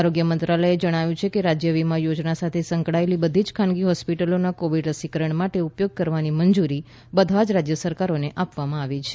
આરોગ્ય મંત્રાલયે જણાવ્યું છે કે રાજ્ય વિમા યોજના સાથે સંકળાયેલી બધી જ ખાનગી હોસ્પિટલોનો કોવિડના રસીકરણ માટે ઉપયોગ કરવાની મંજૂરી બધી જ રાજ્ય સરકારોને આપવામાં આવી છે